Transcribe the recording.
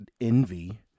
Envy